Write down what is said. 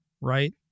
right